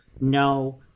no